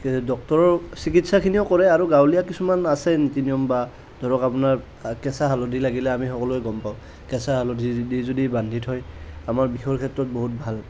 ডক্তৰৰ চিকিৎসাখিনিও কৰে আৰু গাঁৱলীয়া কিছুমান আহে নীতি নিয়ম বা ধৰক আপোনাৰ কেঁচা হালধি লাগিলে আমি সকলোৱে গম পাওঁ কেঁচা হালধি দি যদি বান্ধি থয় আমাৰ বিষৰ ক্ষেত্ৰত বহুত ভাল